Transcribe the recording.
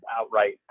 outright